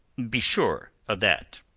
be sure of that.